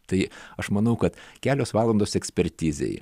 tai aš manau kad kelios valandos ekspertizei